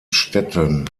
städten